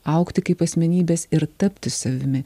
augti kaip asmenybės ir tapti savimi